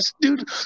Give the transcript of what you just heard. dude